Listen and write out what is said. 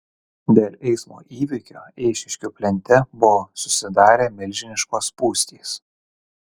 dėl eismo įvykio eišiškių plente buvo susidarę milžiniškos spūstys